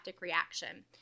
reaction